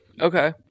Okay